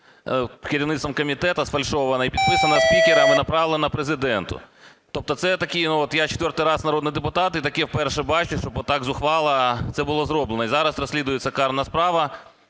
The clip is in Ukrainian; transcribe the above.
керівництвом комітету, сфальшована і підписана спікером і направлена Президенту. Тобто я четвертий раз народний депутат і таке вперше бачу, щоб отак зухвало це було зроблено. І зараз розслідується карна справа.